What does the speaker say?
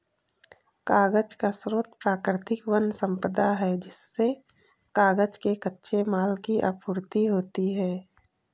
कागज का स्रोत प्राकृतिक वन सम्पदा है जिससे कागज के कच्चे माल की आपूर्ति होती है